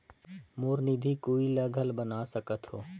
मोर निधि कोई ला घल बना सकत हो?